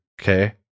okay